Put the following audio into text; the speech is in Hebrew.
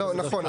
נכון.